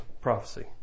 prophecy